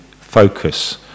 focus